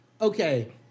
okay